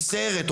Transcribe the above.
או סרט,